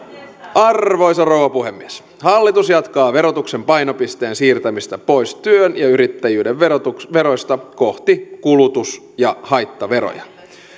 arvoisa rouva puhemies hallitus jatkaa verotuksen painopisteen siirtämistä pois työn ja yrittäjyyden veroista veroista kohti kulutus ja haittaveroja